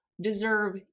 deserve